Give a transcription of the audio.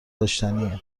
داشتنیه